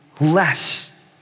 less